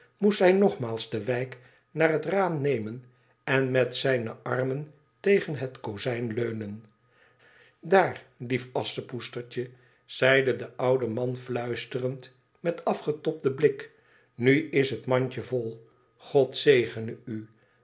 moest hij nogmaals de wijk naar het raam nemen en met zijne armen teen het kozijn leunen daar lief asschepoetstertje zeide de oude man fluisterend met afgetobden blik inu is het mandje vol god zegene u